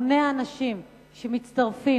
המוני האנשים שמצטרפים,